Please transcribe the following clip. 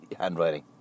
handwriting